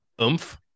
oomph